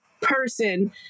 person